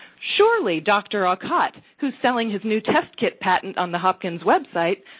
surely dr. aucott, who is selling his new test kit patent on the hopkins website,